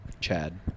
Chad